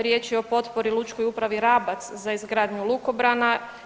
Riječ je o potpori o Lučkoj upravi Rabac za izgradnju lukobrana.